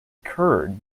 curd